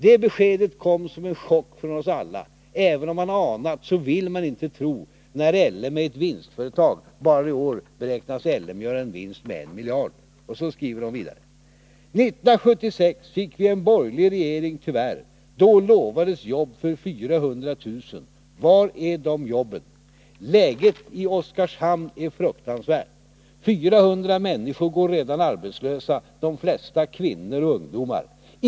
Det beskedet kom som en chock för oss alla, även om man anat så vill man inte tro när LM är ett vinstföretag. Bara i år beräknas LM göra en vinst med en miljard. —-—-—- 1976 fick vi en borgerlig regering . Dålovades jobb för 400 000. Var är dom jobben? Läget i Oskarshamn är fruktansvärt. 400 människor går redan arbetslösa, dom flesta kvinnor och ungdomar.